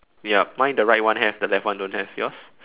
ya mine the right one have the left don't have yours